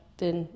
den